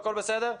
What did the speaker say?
הכול בסדר.